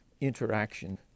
interaction